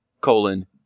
colon